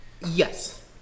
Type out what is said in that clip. Yes